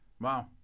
Wow